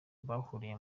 bahuriye